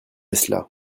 cela